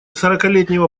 сорокалетнего